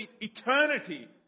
eternity